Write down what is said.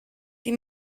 die